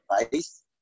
advice